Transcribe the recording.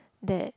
that